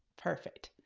perfect.